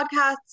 podcasts